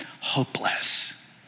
hopeless